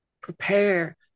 prepare